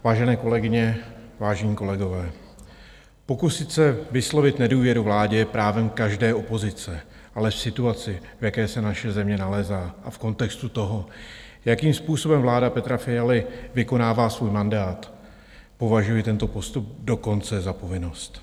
Vážené kolegyně, vážení kolegové, pokusit se vyslovit nedůvěru vládě je právem každé opozice, ale v situaci, v jaké se naše země nalézá, a v kontextu toho, jakým způsobem vláda Petra Fialy vykonává svůj mandát, považuji tento postup dokonce za povinnost.